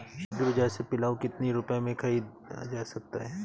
Agree बाजार से पिलाऊ कितनी रुपये में ख़रीदा जा सकता है?